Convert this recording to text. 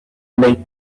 make